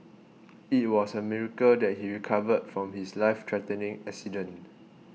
it was a miracle that he recovered from his life threatening accident